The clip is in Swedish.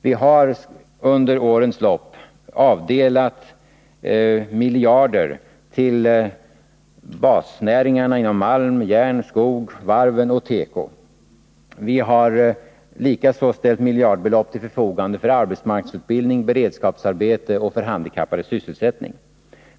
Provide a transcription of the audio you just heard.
Vi har under årens lopp avdelat miljarder till basnäringar inom malm, järn, skog, varv och teko. Vi har likaså ställt miljardbelopp till förfogande för arbetsmarknadsutbildning, beredskapsarbeten och för handikappades sysselsättning.